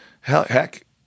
heck